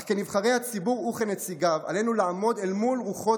אך כנבחרי הציבור וכנציגיו עלינו לעמוד אל מול רוחות